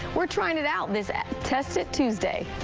we're trying it out this test it tuesday.